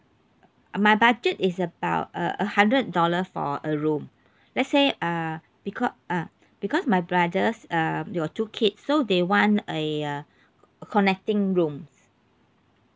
my budget is about uh a hundred dollar for a room let's say uh becau~ uh because my brothers um got two kids so they want a uh connecting rooms